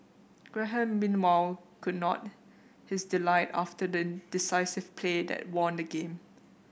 Graham meanwhile could not his delight after the decisive play that won the game